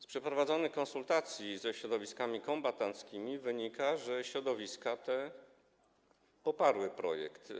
Z przeprowadzonych konsultacji ze środowiskami kombatanckimi wynika, że środowiska te poparły projekt.